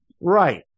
Right